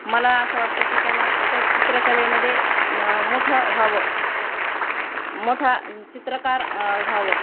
मला असं वाटतं की त्यानं त्या चित्रकलेमध्ये म मोठं व्हावं मोठा चित्रकार व्हावं